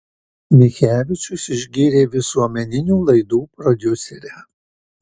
michevičius išgyrė visuomeninių laidų prodiuserę